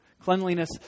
Cleanliness